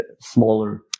smaller